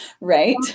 right